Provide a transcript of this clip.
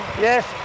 Yes